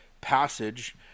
passage